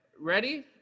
Ready